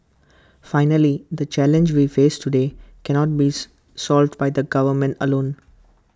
finally the challenges we face today cannot be solved by the government alone